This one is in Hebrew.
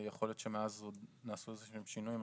יכול להיות שמאז עוד נעשו איזשהם שינויים.